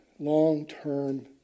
Long-term